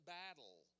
battle